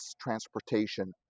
transportation